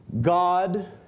God